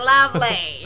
Lovely